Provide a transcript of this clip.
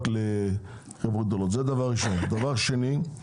דבר שני,